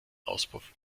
auspuff